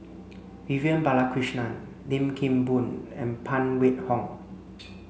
Vivian Balakrishnan Lim Kim Boon and Phan Wait Hong